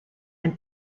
and